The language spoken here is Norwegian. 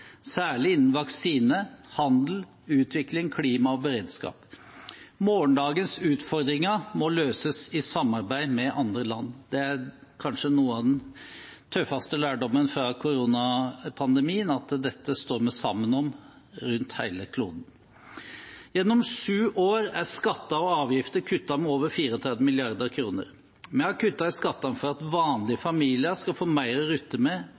særlig innen vaksine, handel, utvikling, klima og beredskap. Morgendagens utfordringer må løses i samarbeid med andre land. Det er kanskje noe av den tøffeste lærdommen fra koronapandemien – at dette står vi sammen om rundt hele kloden. Gjennom sju år er skatter og avgifter kuttet med over 34 mrd. kr. Vi har kuttet i skattene for at vanlige familier skal få mer å rutte med,